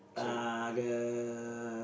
uh the